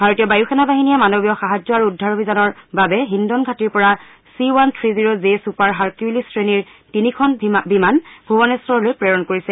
ভাৰতীয় বায়ু সেনাবাহিনীয়ে মানৱীয় সাহায্য আৰু উদ্ধাৰ অভিযানৰ বাবে হিন্দন ঘাটিৰ পৰা C one three zero J super Hercules শ্ৰেণীৰ তিনিখন বিমান ভূৱনেশ্বৰলৈ প্ৰেৰণ কৰিছে